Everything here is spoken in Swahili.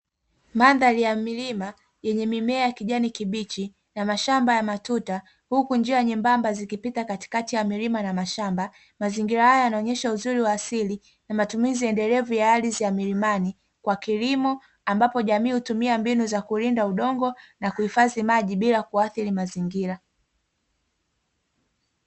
Madhari ya milima, yenye mimea ya kijani kibichi na mashamba ya matunda huku njia nyembamba zikipita katikati ya milima na mashamba. Mazingira haya yanaonyesha uzuri wa asili na matumizi endelevu ya ardhi ya milimani kwa kilimo, ambapo jamii hutumia mbinu za kulinda udongo na kuhifadhi maji bila kuathiri mazingira.